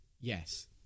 Yes